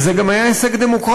וזה גם היה הישג דמוקרטי,